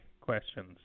questions